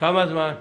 כמה זמן?